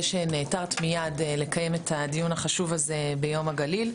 שנעתרת מייד לקיים את הדיון החשוב הזה ביום הגליל.